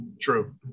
true